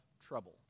trouble